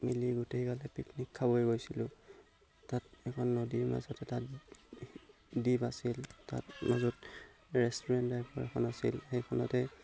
মিলি গোটেইগালে পিকনিক খাবই গৈছিলোঁ তাত এখন নদীৰ মাজত এটা দ্বীপ আছিল তাত মাজত ৰেষ্টুৰেণ্ট টাইপৰ এখন আছিল সেইখনতে